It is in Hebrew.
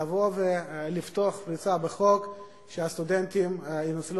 לבוא ולפתוח פרצה בחוק שהסטודנטים ינוצלו